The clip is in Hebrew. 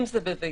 אם זה בביתו,